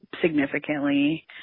significantly